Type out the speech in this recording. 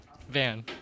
Van